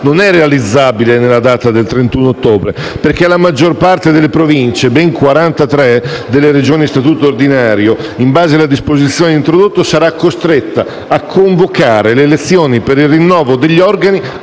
non è realizzabile nella data del 31 ottobre, perché la maggior parte delle province (43) delle Regioni a statuto ordinario, in base alla disposizione introdotta, sarà costretta a convocare le elezioni per il rinnovo degli organi